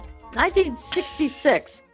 1966